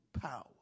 power